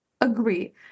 agree